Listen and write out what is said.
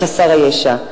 לחסר הישע.